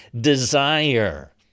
desire